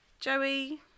Joey